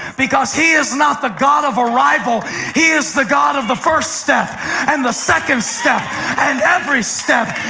because he is not the god of arrival he is the god of the first step and the second step and every step.